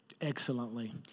excellently